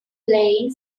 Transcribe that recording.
playing